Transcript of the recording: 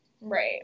Right